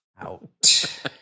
out